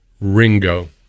ringo